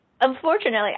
Unfortunately